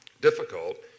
difficult